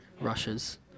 rushes